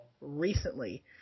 recently